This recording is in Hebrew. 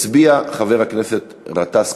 הצביע חבר הכנסת גטאס,